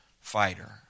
fighter